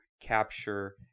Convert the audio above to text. capture